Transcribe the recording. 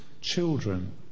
children